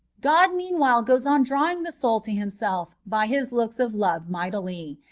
god meanwhile goes on drawing the soul to himself by his looks of love mightily,